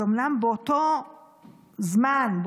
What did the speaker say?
אז אומנם באותו זמן,